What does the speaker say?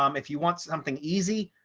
um if you want something easy.